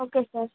okay sir